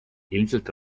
ilmselt